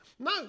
No